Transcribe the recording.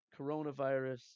coronavirus